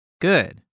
Good